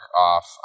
off